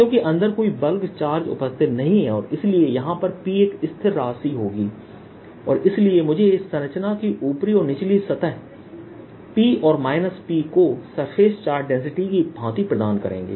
क्योंकि अंदर कोई बल्क चार्ज उपस्थित नहीं है और इसलिए यहां पर Pएक स्थिर राशि होगी और इसलिए मुझे इस संरचना की ऊपरी और निचली सतह P और P को सरफेस चार्ज डेंसिटी की भांति प्रदान करेंगे